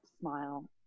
smile